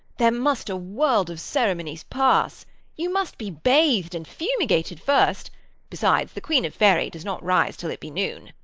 there must a world of ceremonies pass you must be bath'd and fumigated first besides the queen of fairy does not rise till it be noon.